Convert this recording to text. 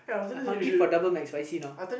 I hungry for Double McSpicy now